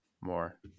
more